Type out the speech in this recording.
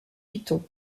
python